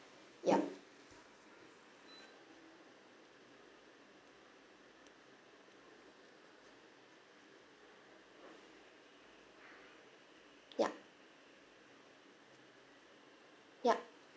ya ya ya